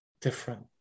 different